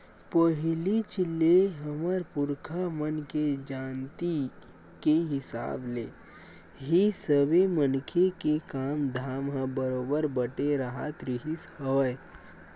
पहिलीच ले हमर पुरखा मन के जानती के हिसाब ले ही सबे मनखे के काम धाम ह बरोबर बटे राहत रिहिस हवय